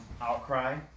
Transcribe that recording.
Outcry